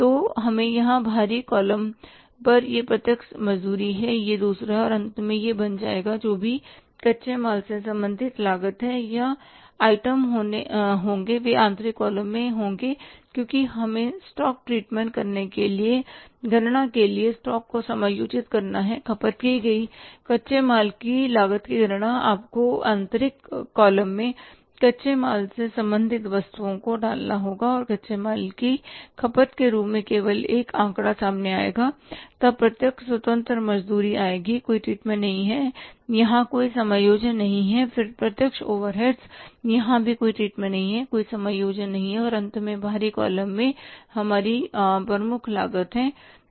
तो यह यहां बाहरी कॉलम पर जाएगा यह प्रत्यक्ष मजदूरी है यह दूसरा है और अंत में यह बन जाएगा जो भी कच्चे माल से संबंधित लागत है या आइटम होंगे वे आंतरिक कॉलम में होंगे क्योंकि हमें स्टॉक ट्रीटमेंट करने के लिए गणना के लिए स्टॉक को समायोजित करना है खपत की गई कच्चे माल की लागत की गणना आपको आंतरिक कॉलम में कच्चे माल से संबंधित वस्तुओं को डालना होगा और कच्चे माल की खपत के रूप में केवल एक आंकड़ा सामने आएगा तब प्रत्यक्ष स्वतंत्र मजदूरी आएगी कोई ट्रीटमेंट नहीं यहां कोई समायोजन नहीं फिर प्रत्यक्ष ओवरहेड्स यहां भी कोई ट्रीटमेंट नहीं कोई समायोजन नहीं है और अंत में बाहरी कॉलम में हमारी प्रमुख लागत है